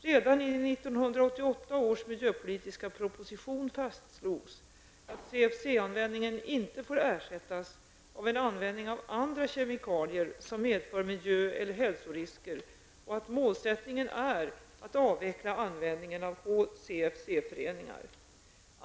Redan i 1988 års miljöpolitiska proposition fastslogs att CFC-användningen inte får ersättas av en användning av andra kemikalier som medför miljö eller hälsorisker och att målsättningen är att avveckla användningen av HCFC-föreningar.